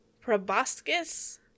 Proboscis